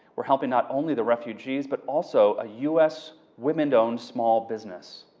we're helping not only the refugees but also a u s. women owned small business.